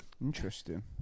Interesting